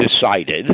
decided